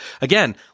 again